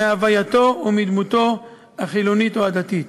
מהווייתו או מדמותו החילונית או הדתית.